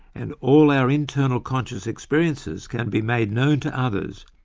and all our internal conscious experiences can be made known to others,